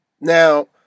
Now